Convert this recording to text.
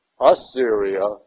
Assyria